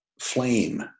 flame